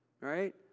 Right